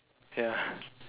ya